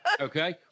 Okay